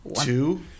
two